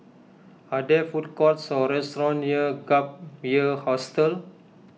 are there food courts or restaurants near Gap Year Hostel